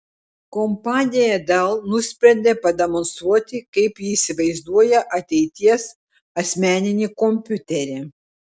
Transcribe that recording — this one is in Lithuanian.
kompanija dell nusprendė pademonstruoti kaip ji įsivaizduoja ateities asmeninį kompiuterį